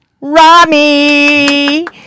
Rami